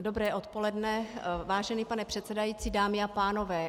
Dobré odpoledne, vážený pane předsedající, dámy a pánové.